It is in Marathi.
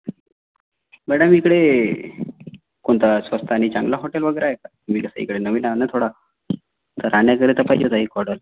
मॅडम इकडे कोणता स्वस्त आणि चांगला हॉटेल वगैरे आहे का मी कसं इकडे नवीन आहे ना थोडा राहण्याकरिता पाहिजेत एक हॉटल